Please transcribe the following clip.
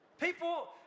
people